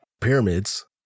pyramids